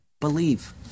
believe